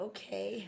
Okay